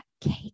cake